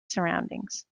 surroundings